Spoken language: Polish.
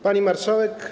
Pani Marszałek!